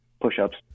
push-ups